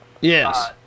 Yes